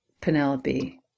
Penelope